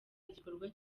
igikorwa